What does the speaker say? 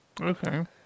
Okay